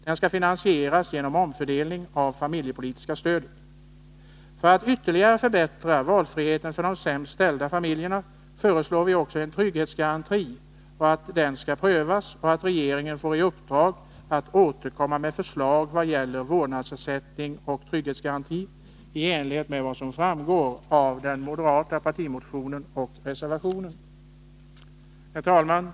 Den skall finansieras genom omfördelning av det familjepolitiska stödet. För att ytterligare förbättra valfriheten för de sämst ställda familjerna föreslår vi också en trygghetsgaranti. Regeringen bör få i uppdrag att återkomma med förslag om vårdnadsersättning och trygghetsgaranti i enlighet med vad som framgår av den moderata partimotionen och reservationen. Herr talman!